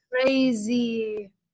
Crazy